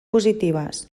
positives